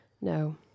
No